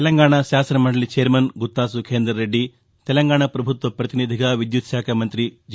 తెలంగాణ శాసనమందలి చైర్మన్ గుత్తా సుఖేందర్ రెడ్డి తెలంగాణ పభుత్వ ప్రతినిధిగా విద్యుత్శాఖ మంతి జి